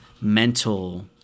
mental